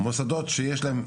מוסדות שיש להם,